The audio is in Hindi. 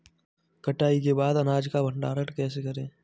कटाई के बाद अनाज का भंडारण कैसे करें?